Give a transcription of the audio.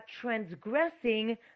transgressing